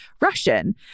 russian